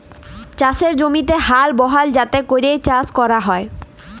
চাষের জমিতে হাল বহাল যাতে ক্যরে চাষ ক্যরা হ্যয়